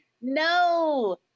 No